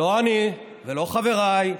לא אני ולא חבריי,